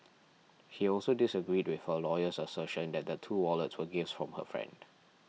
he also disagreed with her lawyer's assertion that the two wallets were gifts from her friend